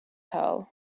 pearl